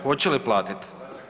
Hoće li platiti?